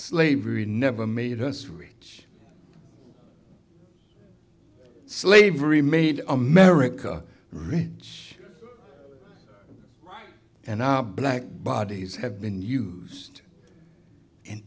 slavery never made us reach slavery made america range and our black bodies have been used in